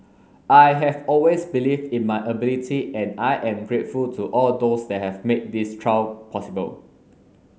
I have always believed in my ability and I am grateful to all those that have made this trial possible